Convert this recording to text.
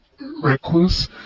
recluse